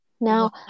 Now